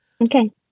Okay